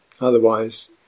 Otherwise